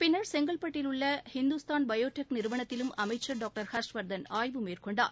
பின்னர் செங்கல்பட்டில் உள்ள இந்துஸ்தான் பயோ டெக் நிறுவனத்திலும் அமைச்சர் டாக்டர் ஹர்ஷ்வர்தன் ஆய்வு மேற்கொண்டார்